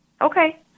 Okay